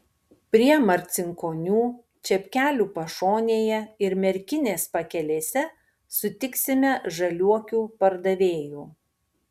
prie marcinkonių čepkelių pašonėje ir merkinės pakelėse sutiksime žaliuokių pardavėjų